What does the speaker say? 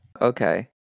Okay